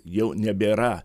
jau nebėra